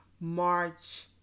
March